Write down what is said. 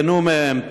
תיהנו מהם,